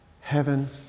heaven